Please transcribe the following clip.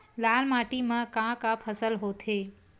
लाल माटी म का का फसल होथे?